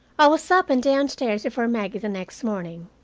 i was up and downstairs before maggie the next morning.